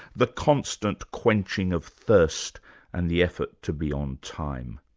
the constant quenching of thirst and the effort to be on time.